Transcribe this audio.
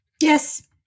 Yes